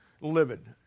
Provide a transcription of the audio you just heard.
livid